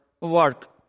work